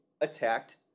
attacked